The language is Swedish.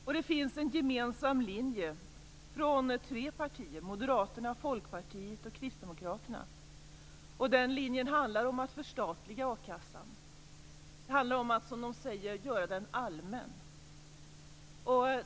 Och det finns en gemensam linje från tre partier, Moderaterna, Folkpartiet och Kristdemokraterna, som handlar om att förstatliga a-kassan, att som de säger göra den allmän.